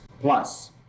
plus